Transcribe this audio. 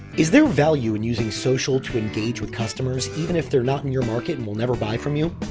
is there value in using social to engage with customers, even if they're not in your market and will never buy from you?